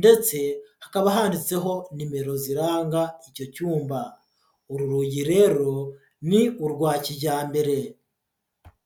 ndetse hakaba handitseho nimero ziranga icyo cyumba, uru rugi rero ni urwa kijyambere.